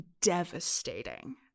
devastating